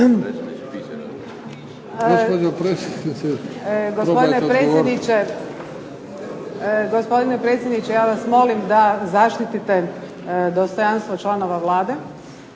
Gospodine predsjedniče, ja vas molim da zaštitite dostojanstvo članova Vlade